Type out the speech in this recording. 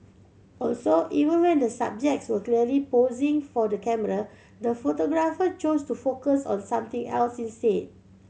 also even when the subjects were clearly posing for the camera the photographer chose to focus on something else instead